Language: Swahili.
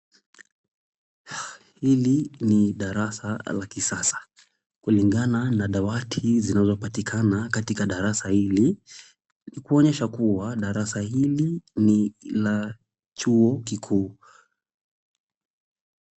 Hili ni darasa la kisasa. Kulingana na dawati zinazopatikana katika darasa hili, kuonyesha kuwa darasa hili ni la chuo kikuu.